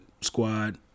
squad